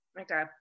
Okay